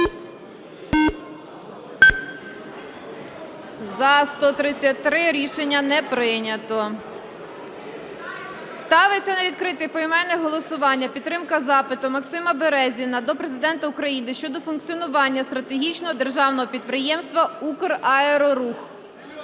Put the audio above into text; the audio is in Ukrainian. За-133 Рішення не прийнято. Ставиться на відкрите поіменне голосування підтримка запиту Максима Березіна до Президента України щодо функціонування стратегічного державного підприємства "Украерорух".